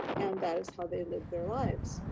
and that is how they lived their lives.